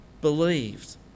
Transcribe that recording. believed